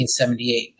1978